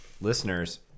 Listeners